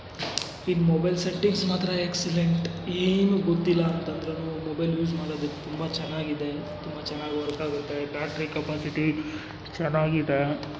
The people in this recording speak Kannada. ಇದು ಮೊಬೈಲ್ ಸೆಟ್ಟಿಂಗ್ಸ್ ಮಾತ್ರ ಎಕ್ಸಲೆಂಟ್ ಏನು ಗೊತ್ತಿಲ್ಲ ಅಂತಂದರೂ ಮೊಬೈಲ್ ಯೂಸ್ ಮಾಡೋದಕ್ಕೆ ತುಂಬ ಚೆನ್ನಾಗಿದೆ ತುಂಬ ಚೆನ್ನಾಗ್ ವರ್ಕ್ ಆಗುತ್ತೆ ಬ್ಯಾಟ್ರಿ ಕ್ಯಪಾಸಿಟಿ ಚೆನ್ನಾಗಿದೆ